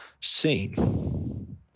seen